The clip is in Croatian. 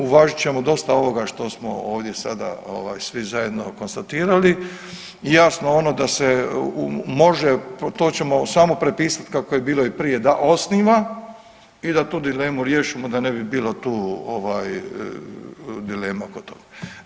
Uvažit ćemo dosta ovoga što smo ovdje sada ovaj svi zajedno konstatirali i jasno ono da se može to ćemo samo prepisati kako je bilo i prije da osniva i da tu dilemu riješimo da ne bi bilo tu ovaj dileme oko toga.